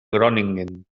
groningen